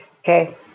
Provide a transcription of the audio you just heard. Okay